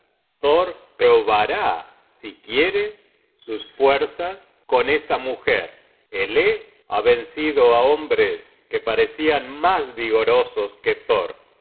probará si quiere sus fuerzas con esa mujer elé ha vencido á hombres que parecian mas vigorosos que thor